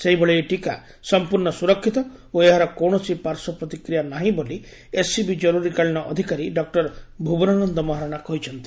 ସେହିଭଳି ଏହି ଟିକା ସମ୍ମର୍ଶ୍ର ସୁରକ୍ଷିତ ଓ ଏହାର କୌଶସି ପାର୍ଶ୍ୱପ୍ରତିକିୟା ନାହିଁ ବୋଲି ଏସ୍ସିବି ଜର୍ତରୀକାଳୀନ ଅଧୁକାରୀ ଡକ୍କର ଭ୍ତବନାନନ ମହାରଶା କହିଛନ୍ତି